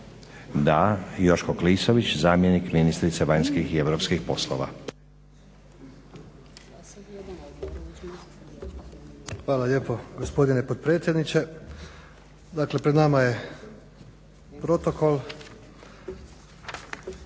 Da. Joško Klisović, zamjenik ministrice vanjskih i europskih poslova.